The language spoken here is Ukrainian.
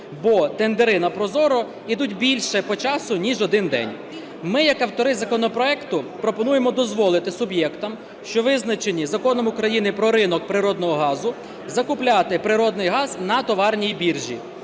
бо тендери на ProZorro йдуть більше по часу ніж один день. Ми як автори законопроекту пропонуємо дозволити суб'єктам, що визначені Законом України "Про ринок природного газу", закупляти природний газ на товарній біржі